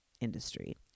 industry